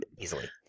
Easily